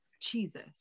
Jesus